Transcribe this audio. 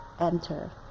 enter